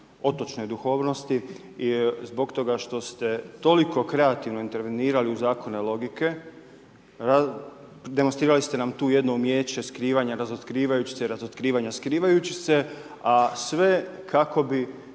otočnoj duhovnosti zbog toga što ste toliko kreativno intervenirali u zakone logike, demonstrirali ste nam tu jedno umijeće skrivanja razotkrivajući se i razotkrivanja skrivajući se, a sve kako bi